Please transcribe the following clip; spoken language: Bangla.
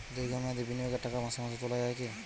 দীর্ঘ মেয়াদি বিনিয়োগের টাকা মাসে মাসে তোলা যায় কি?